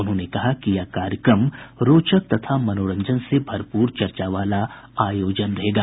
उन्होंने कहा कि यह कार्यक्रम रोचक तथा मनोरंजन से भरपूर चर्चा वाला आयोजन रहेगा